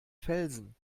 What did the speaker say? felsen